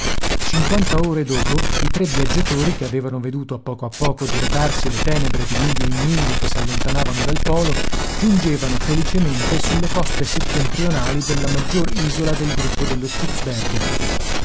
cinquanta ore dopo i tre viaggiatori che avevano veduto a poco a poco diradarsi le tenebre di miglio in miglio che s'allontanavano dal polo giungevano felicemente sulle coste settentrionali della maggior isola del gruppo dello